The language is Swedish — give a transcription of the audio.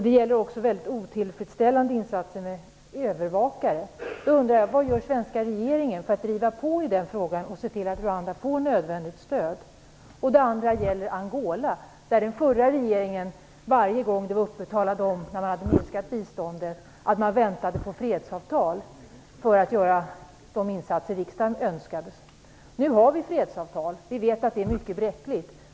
Det handlar också om väldigt otillfredsställande insatser med övervakare. Nu undrar jag: Vad gör svenska regeringen för att driva på i den frågan och se till att Rwanda får nödvändigt stöd? Den andra frågan gäller Angola. Varje gång frågan om det minskade biståndet var uppe talade den förra regeringen om att man väntade på fredsavtal för att göra de insatser som riksdagen önskade. Nu har vi ett fredsavtal. Vi vet att det är mycket bräckligt.